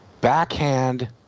backhand